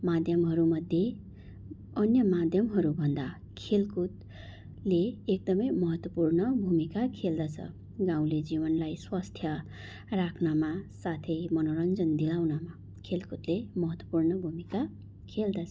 माध्यमहरूमध्ये अन्य माध्यमहरूभन्दा खेलकुदले एकदमै महत्त्वपूर्ण भूमिका खेल्दछ गाउँले जीवनलाई स्वस्थ राख्नमा साथै मनोरञ्जन दिलाउनमा खेलकुदले महत्त्वपूर्ण भूमिका खेल्दछ